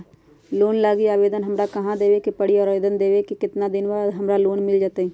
Loan लागी आवेदन हमरा कहां देवे के पड़ी और आवेदन देवे के केतना दिन बाद हमरा लोन मिल जतई?